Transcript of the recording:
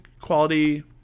quality